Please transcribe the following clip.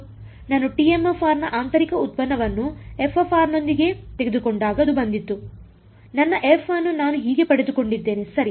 ನಾನು ನ ಆಂತರಿಕ ಉತ್ಪನ್ನವನ್ನು ನೊಂದಿಗೆ ತೆಗೆದುಕೊಂಡಾಗ ಅದು ಬಂದಿತು ನನ್ನ ಎಫ್ ಅನ್ನು ನಾನು ಹೀಗೆ ಪಡೆದುಕೊಂಡಿದ್ದೇನೆ ಸರಿ